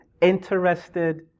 interested